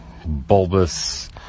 bulbous